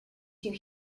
you